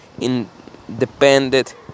independent